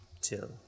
Till